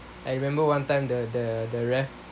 I remember one time the the the ref